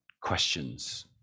questions